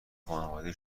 خانواده